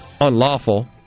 unlawful